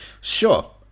Sure